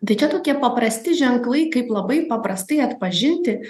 tai čia tokie paprasti ženklai kaip labai paprastai atpažinti